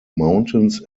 mountains